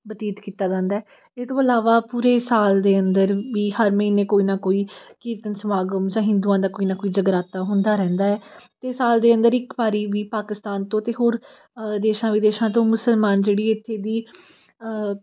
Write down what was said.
ਬਤੀਤ ਕੀਤਾ ਜਾਂਦਾ ਇਹ ਤੋਂ ਇਲਾਵਾ ਪੂਰੇ ਸਾਲ ਦੇ ਅੰਦਰ ਵੀ ਹਰ ਮਹੀਨੇ ਕੋਈ ਨਾ ਕੋਈ ਕੀਰਤਨ ਸਮਾਗਮ ਜਾਂ ਹਿੰਦੂਆਂ ਦਾ ਕੋਈ ਨਾ ਕੋਈ ਜਗਰਾਤਾ ਹੁੰਦਾ ਰਹਿੰਦਾ ਹੈ ਅਤੇ ਸਾਲ ਦੇ ਅੰਦਰ ਇੱਕ ਵਾਰੀ ਵੀ ਪਾਕਿਸਤਾਨ ਤੋਂ ਅਤੇ ਹੋਰ ਦੇਸ਼ਾਂ ਵਿਦੇਸ਼ਾਂ ਤੋਂ ਮੁਸਲਮਾਨ ਜਿਹੜੀ ਇੱਥੇ ਦੀ